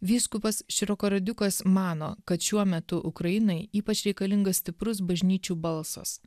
vyskupas široka radiukas mano kad šiuo metu ukrainai ypač reikalingas stiprus bažnyčių balsas